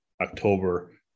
October